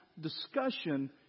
discussion